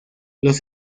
los